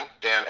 Dan